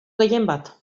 gehienbat